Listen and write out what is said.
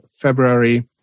February